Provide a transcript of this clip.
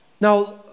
now